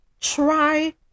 Try